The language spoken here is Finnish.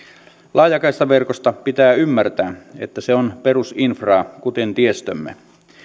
laajakaistaverkosta pitää ymmärtää että se on perusinfraa kuten tiestömme